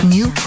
New